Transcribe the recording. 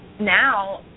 now